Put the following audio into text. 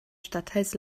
stadtteils